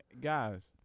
guys